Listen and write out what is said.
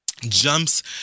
jumps